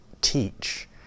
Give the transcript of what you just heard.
teach